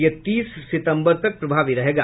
यह तीस सितम्बर तक प्रभावी रहेगा